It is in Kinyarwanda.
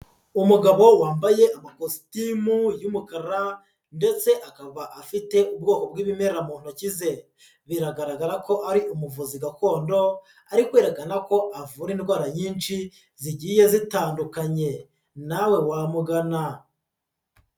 Umugabo wambaye amakositimu y'umukara ndetse akaba afite ubwoko bw'ibimera mu ntoki ze. Biragaragara ko ari umuvuzi gakondo, ari kwerekana ko avura indwara nyinshi zigiye zitandukanye. Nawe wamugana.